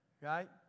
Right